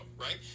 right